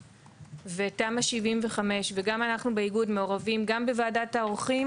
ותמ"א/ 75. אנחנו באיגוד מעורבים גם בוועדת העורכים